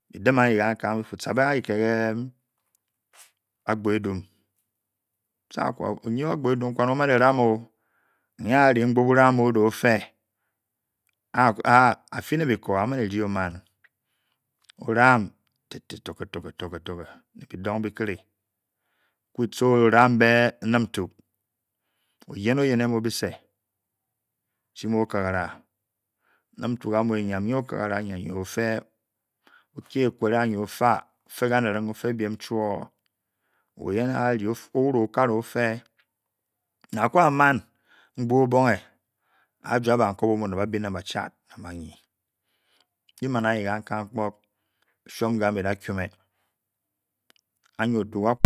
Bedem an iye kan kah ba fu na yen ta'be a're ke kel Agbor edemi tar neu oye Agbor edem a'r inku omani lain oh! lu eye a lē impleobolong onu o'your feir a'mani de bo mau o tamb te te torbei torbe, torbe, torbe be dong be che ku tee oramb nuk tuk oye nu yen linu kese chi mu okagala oyem intu eyam inye okakala or fe oki egulai anye offer ofe bem chiore oyen ardio yep inkale o'r feir na buwa man ufko obeong a jube ban kup omo ba chard or ba yen ge man anye o shom o bei kume anye otu ka ku